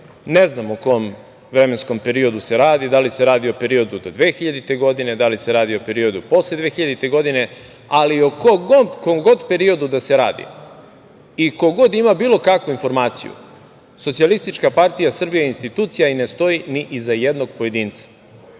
Ne znam o kom vremenskom periodu se radi, da li se radi o periodu do 2000. godine, da li se radi o periodu posle 2000. godine, ali o kom god periodu da se radi i ko god ima bilo kakvu informaciju, SPS je institucija i ne stoji ni iza jednog pojedinca.